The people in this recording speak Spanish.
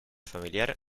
familiar